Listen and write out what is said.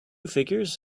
figures